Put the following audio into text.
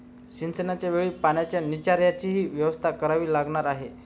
सिंचनाच्या वेळी पाण्याच्या निचर्याचीही व्यवस्था करावी लागणार आहे